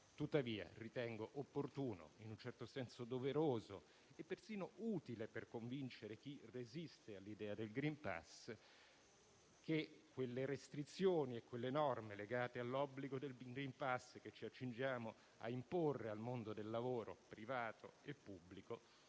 tuttavia ritengo opportuno, in un certo senso doveroso e persino utile per convincere chi resiste all'idea del *green pass,* che le restrizioni e le norme legate all'obbligo del *green pass* che ci accingiamo a imporre al mondo del lavoro privato e pubblico